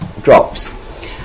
drops